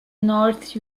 north